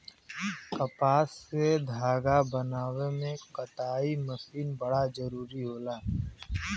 कपास से धागा बनावे में कताई मशीन बड़ा जरूरी होला